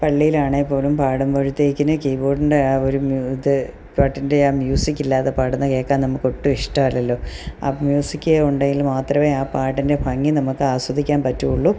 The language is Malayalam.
പള്ളിയിലാണേപ്പോലും പാടുമ്പോഴത്തേക്കിന് കീബോഡിൻ്റെ ആ ഒരു മ്യൂ ഇത് പാട്ടിൻ്റെ ആ മ്യൂസിക്കില്ലാതെ പാടുന്ന കേൾക്കാൻ നമുക്ക് ഒട്ടും ഇഷ്ടമല്ലല്ലോ അപ്പോൾ മ്യൂസിക് ഉണ്ടേൽ മാത്രമെ ആ പാട്ടിൻ്റെ ഭംഗി നമുക്ക് ആസ്വദിക്കാൻ പറ്റുകയുള്ളു